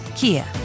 Kia